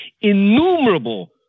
innumerable